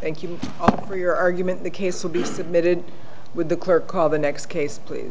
thank you for your argument the case will be submitted with the clerk of the next case please